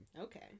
Okay